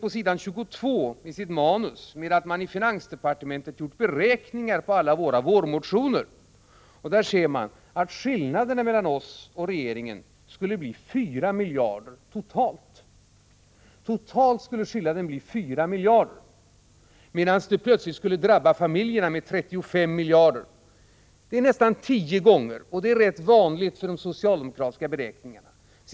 Av statsministerns manus framgår att man i finansdepartementet har gjort beräkningar på alla våra vårmotioner. Där finner man att skillnaden mellan våra och regeringens förslag skulle bli totalt 4 miljarder — samtidigt som familjerna alltså skulle drabbas av besparingar på 35 miljarder, dvs. nästan tio gånger så mycket. Det här är ganska vanligt i de socialdemokratiska beräkningarna.